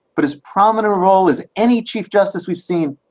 but his prominent role as any chief justice we've seen,